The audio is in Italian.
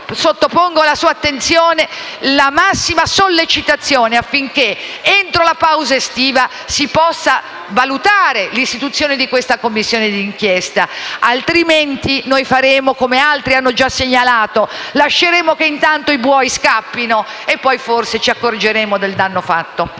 pertanto alla sua attenzione la massima sollecitazione, affinché, entro la pausa estiva, si possa valutare l'istituzione di questa Commissione d'inchiesta. Altrimenti, come altri hanno già segnalato, lasceremo che intanto i buoi scappino e poi forse ci accorgeremo del danno fatto.